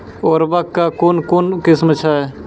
उर्वरक कऽ कून कून किस्म छै?